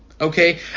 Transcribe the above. Okay